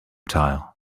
tile